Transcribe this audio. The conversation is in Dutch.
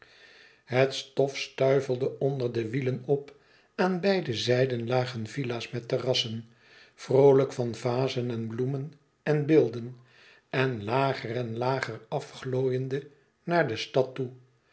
het stof stuivelde onder de wielen op aan beide zijden lagen villa's met terrassen vroolijk van vazen en bloemen en beelden en lager en lager afglooiende naar de stad toe